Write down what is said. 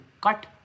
cut